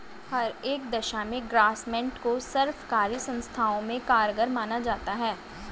हर एक दशा में ग्रास्मेंट को सर्वकारी संस्थाओं में कारगर माना जाता है